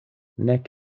nek